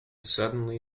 suddenly